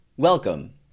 welcome